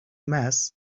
mass